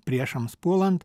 priešams puolant